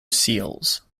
seals